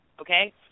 Okay